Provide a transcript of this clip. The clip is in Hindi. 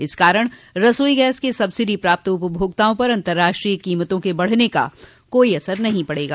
इस कारण रसोई गैस के सब्सिडी प्राप्त उपभोक्ताओं पर अंतर्राष्ट्रीय कीमतों के बढ़ने का कोई असर नहीं पड़ेगा